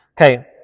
Okay